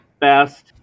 best